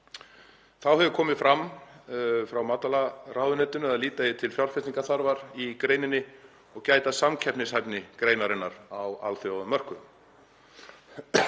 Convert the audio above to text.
Þá hefur komið fram frá matvælaráðuneytinu að líta eigi til fjárfestingarþarfar í greininni og gæta að samkeppnishæfni greinarinnar á alþjóðamörkuðum.